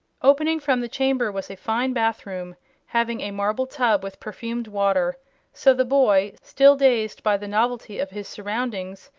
opening from the chamber was a fine bathroom having a marble tub with perfumed water so the boy, still dazed by the novelty of his surroundings,